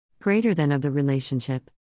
Greater-than-of-the-relationship